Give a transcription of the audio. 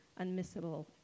unmissable